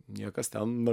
niekas ten